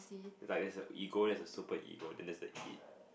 like there's a ego there's a superego then there's a it